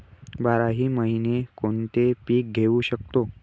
बाराही महिने कोणते पीक घेवू शकतो?